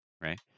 Right